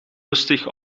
lustig